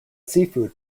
seafood